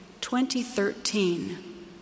2013